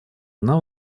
она